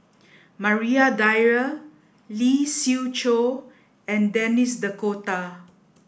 Maria Dyer Lee Siew Choh and Denis D'Cotta